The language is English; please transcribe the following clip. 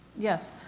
yes,